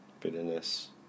bitterness